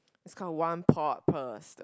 it's call one pot per